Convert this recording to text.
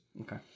okay